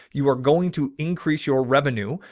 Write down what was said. you are going to increase your revenue,